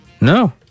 No